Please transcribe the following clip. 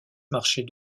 marchaient